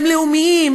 הם לאומיים,